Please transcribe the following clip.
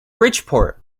bridgeport